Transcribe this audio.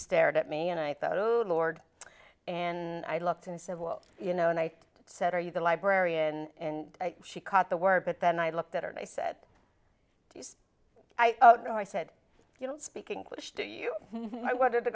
stared at me and i thought oh lord and i looked and said well you know and i said are you the librarian and she caught the word but then i looked at her and i said i know i said you don't speak english do you i wanted to